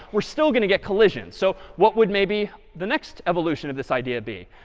we're still going to get collisions. so what would maybe the next evolution of this idea be?